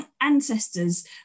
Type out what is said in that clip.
ancestors